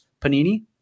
Panini